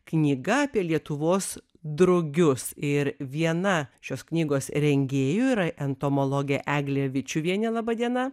knyga apie lietuvos drugius ir viena šios knygos rengėjų yra entomologė eglė vičiuvienė laba diena